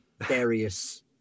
various